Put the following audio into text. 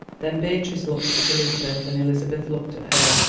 then beatrice looked at elizabeth, and elizabeth looked at her.